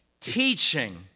Teaching